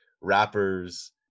rappers